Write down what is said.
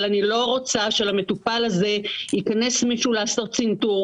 אבל אני לא רוצה שלמטופל הזה ייכנס מישהו לעשות צנתור,